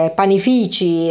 panifici